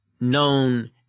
known